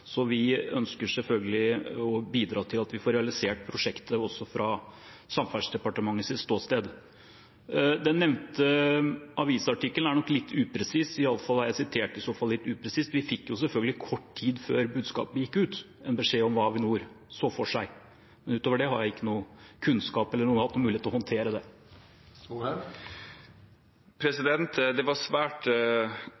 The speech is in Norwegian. Så vi ønsker selvfølgelig å bidra til at vi får realisert prosjektet, også fra Samferdselsdepartementets ståsted. Den nevnte avisartikkelen er nok litt upresis; i hvert fall er jeg i så fall sitert litt upresist. Vi fikk selvfølgelig kort tid før budskapet gikk ut beskjed om hva Avinor så for seg. Ut over det har jeg ikke noe kunnskap eller hatt noen mulighet til å håndtere det.